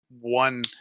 One